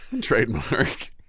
Trademark